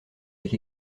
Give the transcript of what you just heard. avec